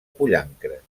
pollancres